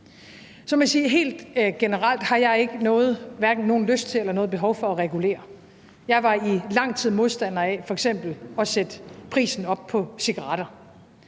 helt generelt, at jeg hverken har lyst til eller behov for at regulere. Jeg var i lang tid modstander af f.eks. at sætte prisen op på cigaretter,